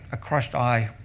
a crushed eye,